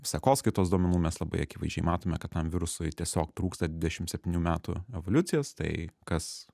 sekoskaitos duomenų mes labai akivaizdžiai matome kad tam virusui tiesiog trūksta dvidešimt septynių metų evoliucijos tai kas